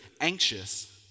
anxious